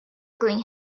clean